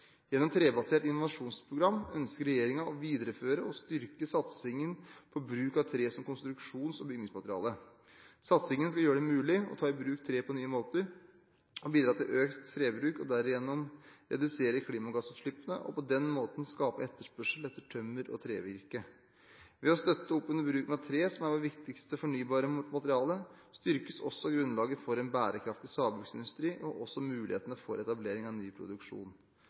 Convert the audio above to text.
Gjennom trebasert innovasjonsprogram ønsker regjeringen å videreføre og styrke satsingen på bruk av tre som konstruksjons- og bygningsmateriale. Satsingen skal gjøre det mulig å ta i bruk tre på nye måter og bidra til økt trebruk og derigjennom redusere klimagassutslippene og på den måten skape økt etterspørsel etter tømmer og trevirke. Ved å støtte opp under bruken av tre, som er vårt viktigste fornybare materiale, styrkes også grunnlaget for en bærekraftig sagbruksindustri og også mulighetene for etablering av ny produksjon.